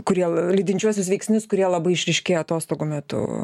kurie lydinčiuosius veiksnius kurie labai išryškėja atostogų metu